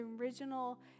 original